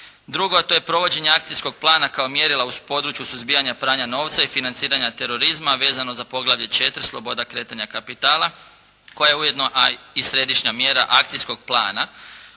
Drugo, to je provođenje akcijskog plana kao mjerila u području suzbijanja pranja novca i financiranja terorizma vezano za poglavlje IV. Sloboda kretanja kapitala, koja je ujedno a i središnja mjera akcijskog plana